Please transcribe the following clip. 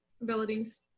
abilities